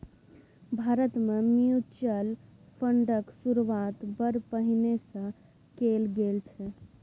भारतमे म्यूचुअल फंडक शुरूआत बड़ पहिने सँ कैल गेल छल